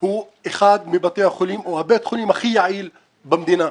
הוא אחד מבתי החולים או בית החולים הכי יעיל במדינה,